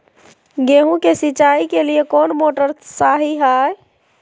गेंहू के सिंचाई के लिए कौन मोटर शाही हाय?